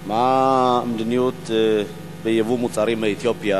מהי המדיניות של המשרד שלך לגבי ייבוא מוצרים מאתיופיה?